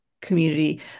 community